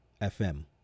FM